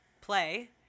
play